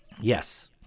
Yes